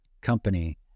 company